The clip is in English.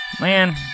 Man